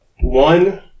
one